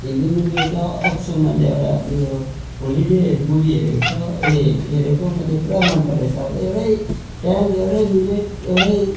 हिन्दी मुनिलो त अक्षय कुमारले एउटा उयो होलिडे मुभी हेरेको छ ए हेरेको मैले पुरा मन परेछ एउटै टाइम एउटै मिनेट एउटै